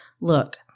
look